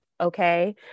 Okay